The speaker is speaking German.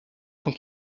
von